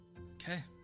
Okay